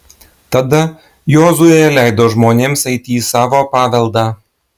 tada jozuė leido žmonėms eiti į savo paveldą